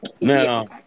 Now